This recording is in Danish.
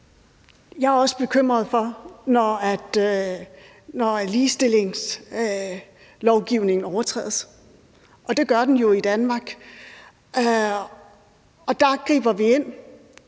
bekymrer også mig, når ligestillingslovgivningen overtrædes, og det gør den jo i Danmark, og så griber vi ind;